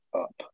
up